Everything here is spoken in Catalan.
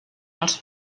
als